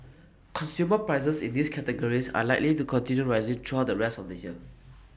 consumer prices in these categories are likely to continue rising throughout the rest of the here